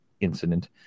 incident